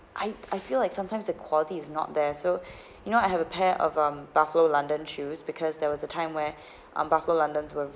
I I feel like sometimes the quality is not there so you know I have a pair of um buffalo london shoes because there was a time where uh buffalo london were